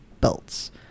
belts